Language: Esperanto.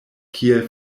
kiel